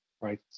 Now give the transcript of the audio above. right